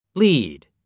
lead